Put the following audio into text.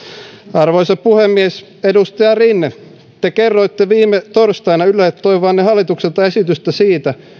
arvoisa puhemies edustaja rinne te kerroitte viime torstaina ylelle toivovanne hallitukselta esitystä siitä